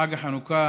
שבחג החנוכה